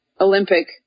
Olympic